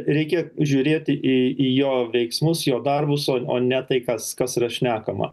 reikia žiūrėti į į jo veiksmus jo darbus o o ne tai kas kas yra šnekama